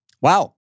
wow